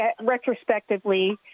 Retrospectively